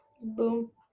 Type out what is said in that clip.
Boom